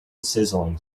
sizzling